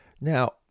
Now